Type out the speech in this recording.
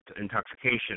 intoxication